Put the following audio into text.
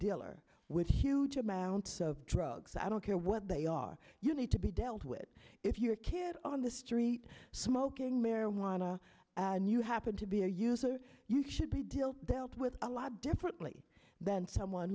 dealer with huge amounts of drugs i don't care what they are you need to be dealt with if your kid on the street smoking marijuana and you happen to be a you so you should be deal dealt with a lot differently than someone